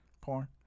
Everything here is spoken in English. Porn